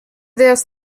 this